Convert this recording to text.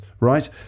right